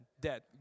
dead